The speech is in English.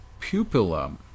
pupilla